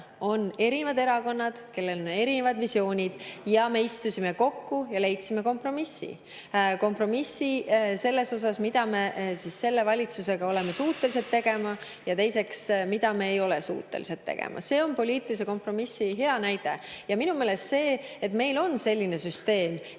On erinevad erakonnad, kellel on erinevad visioonid, ja me istusime kokku ja leidsime kompromissi, kompromissi selles, mida me selle valitsusega oleme suutelised tegema, ja teiseks selles, mida me ei ole suutelised tegema. See on poliitilise kompromissi hea näide. Minu meelest see, et meil on selline süsteem,